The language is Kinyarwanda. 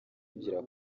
rugera